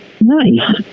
Nice